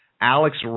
Alex